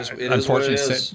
Unfortunately